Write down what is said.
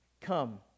come